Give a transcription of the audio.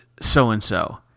so-and-so